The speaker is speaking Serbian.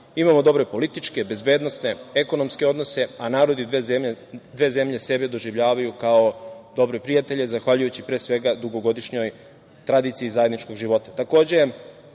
Imamo dobre političke, bezbednosne, ekonomske odnose, a narodi dve zemlje sebe doživljavaju kao dobre prijatelje, zahvaljujući pre svega dugogodišnjoj tradiciji zajedničkog života. Severna